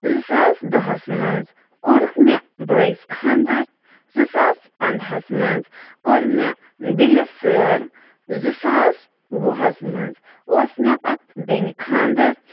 زٕ ساس دَہَس منٛز کوٚرُکھ مےٚ بٲیِس خانٛدَر زٕ ساس پَنٛداہَس منٛز کوٚر مےٚ دِلہِ سٲر زٕ ساس وُہَس منٛز اوس مےٚ پَتہٕ بیٚنہِ خانٛدَر